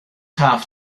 have